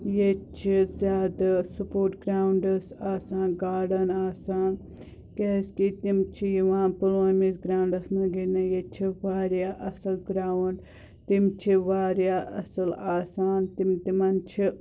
ییٚتہِ چھِ زیادٕ سُپورٹ گرٛاونٛڈٕس آسان گارڈٕن آسان کیٛازِکہِ تِم چھِ یِوان پُلوٲمِس گرٛاونٛڈَس منٛز گِنٛدنہٕ ییٚتہِ چھِ واریاہ اصٕل گرٛاوُنٛڈ تِم چھِ واریاہ اصٕل آسان تِم تِمَن چھِ